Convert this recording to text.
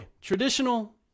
Traditional